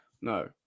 No